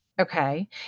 Okay